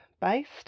based